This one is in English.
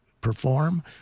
perform